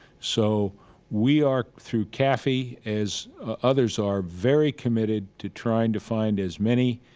so we are, through caafi, as others are, very committed to trying to find as many